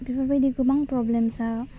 बेफोर बायदि गोबां प्रब्लेमसा